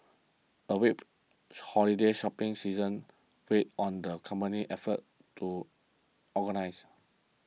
a whip holiday shopping season weighed on the company's efforts to organise